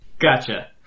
Gotcha